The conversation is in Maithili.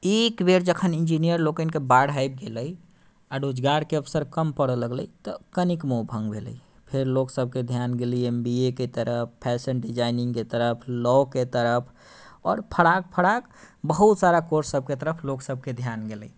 एक बेर जखन इन्जीनियर लोकनिके बाढ़ि आबि गेलै आ रोजगारके अवसर कम पड़ऽ लगलै तऽ कनिक मोह भङ्ग भेलै फेर लोक सभके ध्यान गेलै एम बी ए कऽ तरफ फैशन डिजाइनिङ्गके तरफ लाँके तरफ आओर फराक फराक बहुत सारा कोर्स सभके तरफ लोक सभके ध्यान गेलै